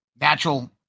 natural